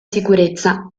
sicurezza